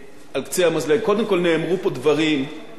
קודם כול, נאמרו פה דברים שהדעת לא סובלת.